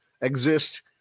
exist